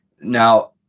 Now